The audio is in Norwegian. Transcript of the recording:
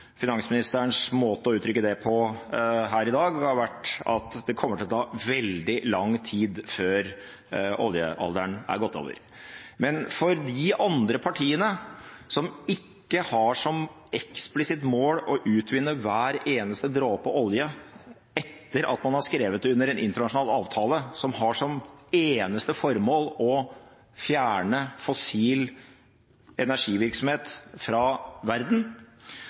Finansministerens måte å uttrykke det på her i dag har vært at det kommer til å ta veldig lang tid før oljealderen har gått over. Men for de andre partiene, som ikke har som eksplisitt mål å utvinne hver eneste dråpe med olje, etter at man har underskrevet en internasjonal avtale som har som eneste formål å fjerne fossil energivirksomhet fra verden,